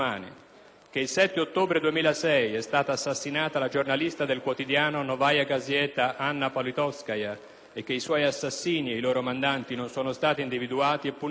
che il 7 ottobre 2006 è stata assassinata la giornalista del quotidiano "Novaja Gazeta" Anna Politkovskaja e che i suoi assassini e i loro mandanti non sono stati individuati e puniti;